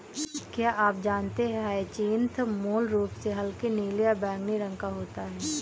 क्या आप जानते है ह्यचीन्थ मूल रूप से हल्के नीले या बैंगनी रंग का फूल होता है